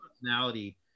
personality